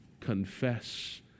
confess